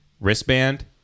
wristband